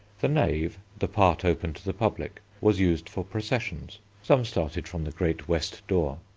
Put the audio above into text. the nave, the part open to the public, was used for processions some started from the great west door,